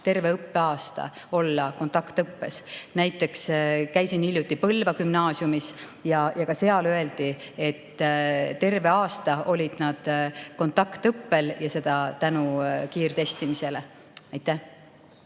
terve õppeaasta olla kontaktõppes. Näiteks käisin hiljuti Põlva gümnaasiumis ja ka seal öeldi, et terve aasta olid nad kontaktõppel ja seda tänu kiirtestimisele. Aitäh!